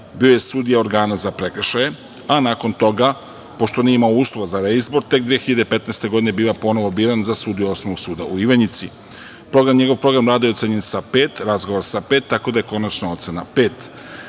bio je sudija organa za prekršaje, a nakon toga, pošto nije imao uslova za reizbor, tek 2015. godine biva ponovo biran za sudiju Osnovnog suda u Ivanjici. Njegov program rada je ocenjen sa „pet“, razgovor sa „pet“, tako da je konačna ocena „pet“.